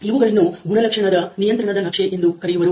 ಇವುಗಳನ್ನು ಗುಣಲಕ್ಷಣದ ನಿಯಂತ್ರಣದ ನಕ್ಷೆ ಎಂದು ಕರೆಯುವರು